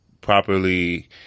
properly